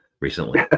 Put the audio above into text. recently